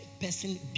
person